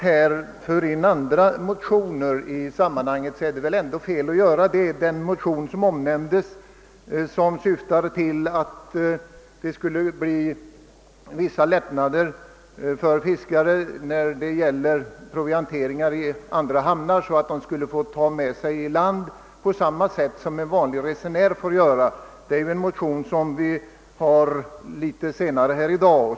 Det måste vara felaktigt av herr Brandt att i detta sammanhang ta upp en motion som behandlas i ett annat utskottsbetänkande. Den motion som han omnämnde och som syftar till att fiskarna skall tullfritt få ta med sig varor i land i samma utsträckning som vanliga resenärer får göra skall behandlas litet senare i dag.